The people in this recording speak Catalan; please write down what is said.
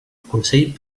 consell